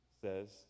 says